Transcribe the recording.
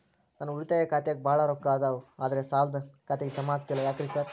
ನನ್ ಉಳಿತಾಯ ಖಾತ್ಯಾಗ ಬಾಳ್ ರೊಕ್ಕಾ ಅದಾವ ಆದ್ರೆ ಸಾಲ್ದ ಖಾತೆಗೆ ಜಮಾ ಆಗ್ತಿಲ್ಲ ಯಾಕ್ರೇ ಸಾರ್?